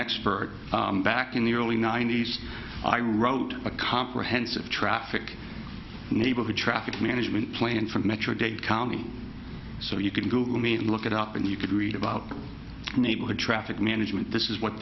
expert back in the early ninety's i wrote a comprehensive traffic neighborhood traffic management plan for metro dade county so you can google me and look it up and you could read about the neighborhood traffic management this is what